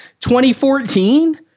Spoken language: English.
2014